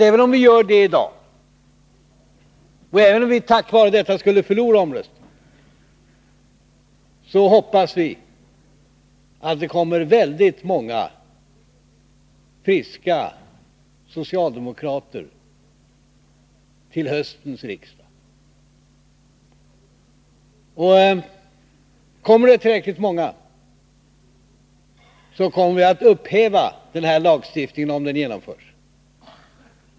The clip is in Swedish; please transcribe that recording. Även om vi gör detta i dag, och även om vi på grund av det skulle förlora omröstningen, hoppas vi att det kommer väldigt många friska socialdemokrater till höstens riksdag. Kommer det tillräckligt många, så kommer vi att upphäva den här lagstiftningen om den genomförs.